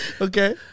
Okay